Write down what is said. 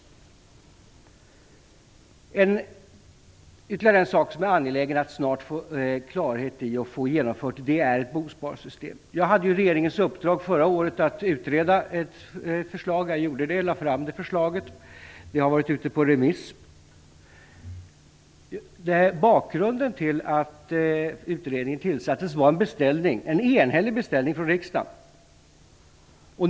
Ytterligare en sak som jag är angelägen att snart få klarhet i och få genomfört är ett bosparsystem. Förra året hade jag regeringens uppdrag att utreda ett förslag. Jag gjorde det och lade fram förslaget. Det har varit ute på remiss. Utredningen tillsattes efter en enhällig beställning från riksdagen.